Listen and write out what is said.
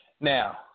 Now